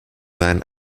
seinen